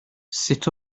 sut